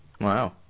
wow